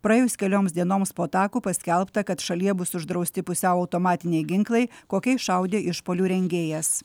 praėjus kelioms dienoms po atakų paskelbta kad šalyje bus uždrausti pusiau automatiniai ginklai kokiais šaudė išpuolių rengėjas